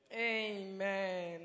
Amen